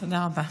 תודה רבה.